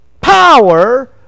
power